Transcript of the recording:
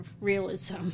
realism